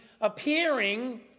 appearing